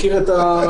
מכיר את המצב,